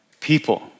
people